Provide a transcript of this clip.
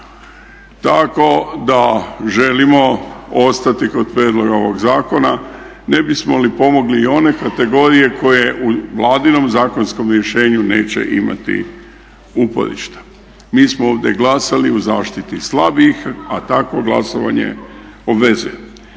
Tako da želimo ostati kod prijedloga ovoga zakona ne bismo li pomogli i one kategorije koje u vladinom zakonskom rješenju neće imati uporišta. Mi smo ovdje glasali u zaštiti slabijih a takvo glasovanje obvezuje.